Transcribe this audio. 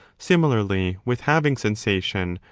similarly with having sensation,